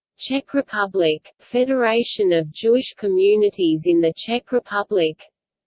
czech republic federation of jewish communities in the czech republic